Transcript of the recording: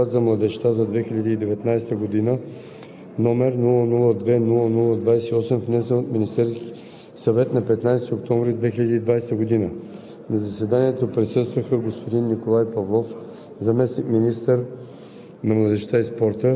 На свое редовно заседание, проведено на 28 октомври 2020 г., Комисията по вътрешна сигурност и обществен ред разгледа и обсъди Годишен доклад за младежта за 2019 г., № 002-00-28, внесен от Министерски